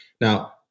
Now